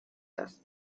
das